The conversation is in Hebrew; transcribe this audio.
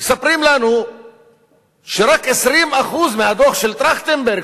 מספרים לנו שרק 20% מהדוח של טרכטנברג,